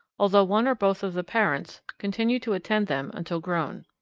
although one or both of the parents continue to attend them until grown.